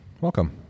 welcome